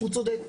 הוא צודק.